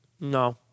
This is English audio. No